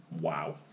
wow